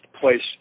place